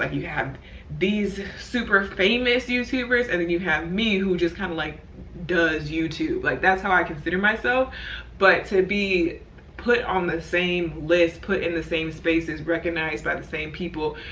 like you have these super famous youtubers and then and you have me who just kind of like does youtube. like that's how i consider myself but to be put on the same list, put in the same spaces, recognized by the same people,